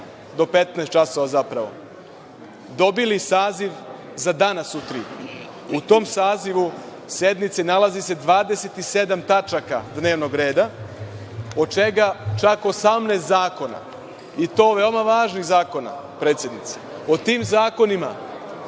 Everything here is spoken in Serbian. do 15 časova zapravo, dobili saziv za danas u tri. U tom sazivu sednice nalazi se 27 tačaka dnevnog reda od čega čak 18 zakona i to veoma važnih zakona, predsednice. O tim zakonima